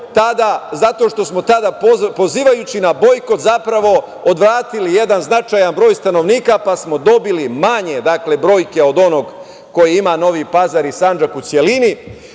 zato što smo tada pozivajući na bojkot zapravo odvratili jedan značajan broj stanovnika pa smo dobili manje brojke od onoga koji ima Novi Pazar i Sandžak u celini